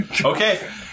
Okay